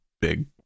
big